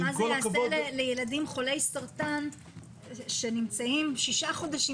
מה זה יעשה לילדים חולי סרטן שנמצאים שישה חודשים